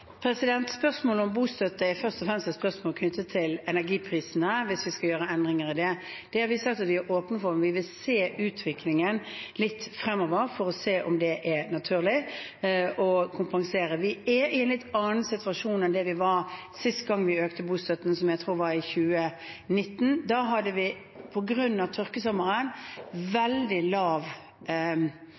Spørsmålet om bostøtte er først og fremst et spørsmål knyttet til energiprisene, hvis vi skal gjøre endringer i det. Det har vi sagt at vi er åpne for, men vi vil se utviklingen litt fremover, for å se om det er naturlig å kompensere. Vi er i en litt annen situasjon enn det vi var sist gang vi økte bostøtten, som jeg tror var i 2019. Da hadde vi på grunn av tørkesommeren veldig lav